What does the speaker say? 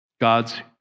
God's